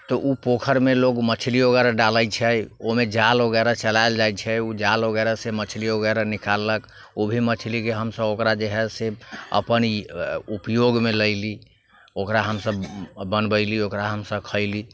तऽ ओ पोखरिमे लोक मछली वगैरह डालै छै ओहिमे जाल वगैरह चलाएल जाइ छै ओ जाल वगैरहसँ मछली वगैरह निकाललक ओ भी मछलीके हमसब ओकरा जे हइ से अपन उपयोगमे लैली ओकरा हमसब बनबैली ओकरा हमसब खएली